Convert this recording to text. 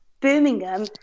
Birmingham